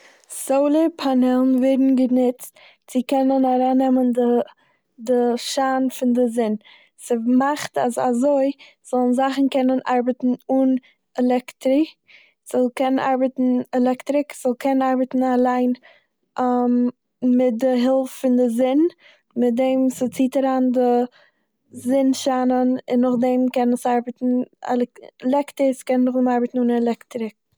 סאלער פאנעלן ווערן גענוצט צו קענען די- די שיין פון די זון. ס'- וו- מאכט אז אזוי זאלן זאכן קענען ארבעטן אן עלעקטרי- ס'זאל קענען ארבעטן עלעקטריק, ס'זאל קענען ארבעטן אליין מיט הילף פון די זון מיט דעם. ס'ציהט אריין די זון שיינען און נאכדעם קען עס ארבעטן אלעק- לעקטערס קענען נאכדעם ארבעטן אן עלעקטריק.